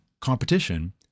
competition